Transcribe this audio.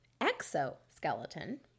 exoskeleton